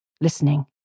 listening